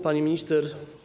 Pani Minister!